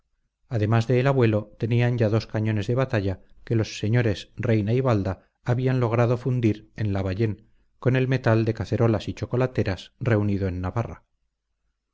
además de el abuelo tenían ya dos cañones de batalla que los señores reina y balda habían logrado fundir en labayén con el metal de cacerolas y chocolateras reunido en navarra